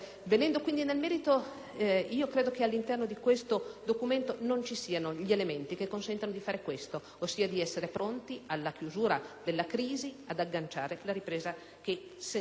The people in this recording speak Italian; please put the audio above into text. credo che all'interno di questo documento non vi siano gli elementi che consentano di fare questo, ossia essere pronti, alla chiusura della crisi, ad agganciare la ripresa, che senz'altro ci sarà.